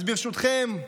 אז ברשותכם,